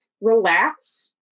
relax